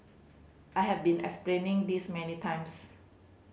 I have been explaining this many times